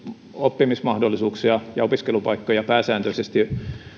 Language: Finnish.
oppimismahdollisuuksia ja opiskelupaikkoja pääsääntöisesti